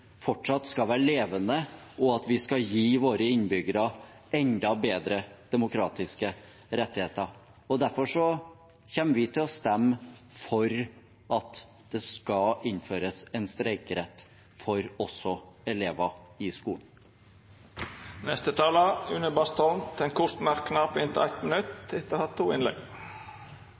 fortsatt skal være levende, og at vi skal gi våre innbyggere enda bedre demokratiske rettigheter. Derfor kommer vi til å stemme for at det skal innføres en streikerett også for elever i skolen. Representanten Une Bastholm har hatt ordet to gonger og får ordet til ein kort merknad, avgrensa til 1 minutt.